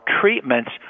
treatments